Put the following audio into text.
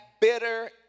bitter